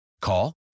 Call